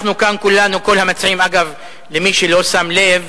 כל המציעים, אגב, למי שלא שם לב,